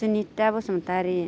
Sunitha Basumatary